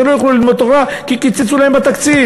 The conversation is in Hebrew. שהם לא יוכלו ללמוד תורה כי קיצצו להם בתקציב.